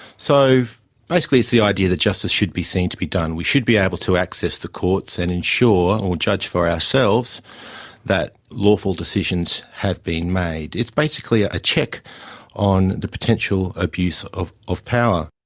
so basically it's the idea that justice should be seen to be done, we should be able to access the courts and ensure or judge for ourselves that lawful decisions have been made. it's basically a check on the potential abuse of power. power.